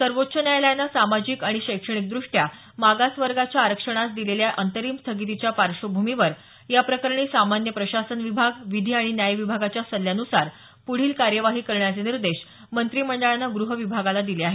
सर्वोच्च न्यायालयानं सामाजिक आणि शैक्षणिकदृष्ट्या मागासवर्गाच्या आरक्षणास दिलेल्या अंतरिम स्थगितीच्या पार्श्वभूमीवर या प्रकरणी सामान्य प्रशासन विभाग विधी आणि न्याय विभागाच्या सल्ल्यानुसार पुढील कार्यवाही करण्याचे निर्देश मंत्रिमंडळानं गृह विभागाला दिले आहेत